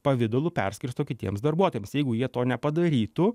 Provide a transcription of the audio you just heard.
pavidalu perskirsto kitiems darbuotojams jeigu jie to nepadarytų